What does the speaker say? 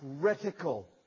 critical